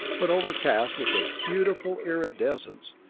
but overcast with a beautiful iridescence,